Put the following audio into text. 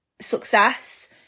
success